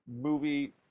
movie